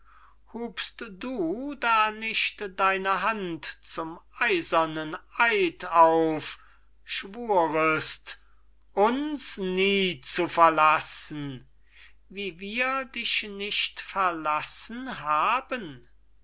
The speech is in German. hubst du da nicht deine hand zum eisernen eid auf schwurest uns nie zu verlassen wie wir dich nicht verlassen haben